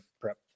prep